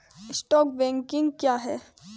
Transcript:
Stock broking क्या है?